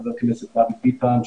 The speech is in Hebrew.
חבר הכנסת דוד ביטן,